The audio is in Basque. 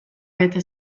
bete